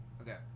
Okay